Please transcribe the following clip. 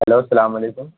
hello اسلام علیکم